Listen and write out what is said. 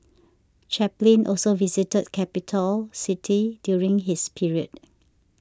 Chaplin also visited Capitol City during his period